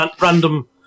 random